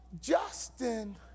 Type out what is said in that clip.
Justin